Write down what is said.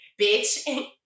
bitch